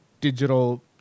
digital